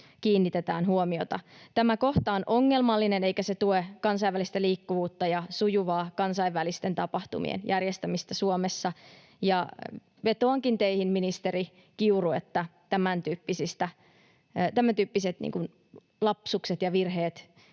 kiinnitetään huomiota. Tämä kohta on ongelmallinen, eikä se tue kansainvälistä liikkuvuutta ja sujuvaa kansainvälisten tapahtumien järjestämistä Suomessa. Vetoankin teihin, ministeri Kiuru, että tämäntyyppiset lapsukset ja virheet